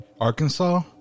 Arkansas